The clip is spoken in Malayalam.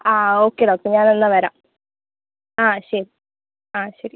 ആ ഓക്കെ ഡോക്ടർ ഞാനെന്നാൾ വരാം ആ ശരി ആ ശരി